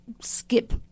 skip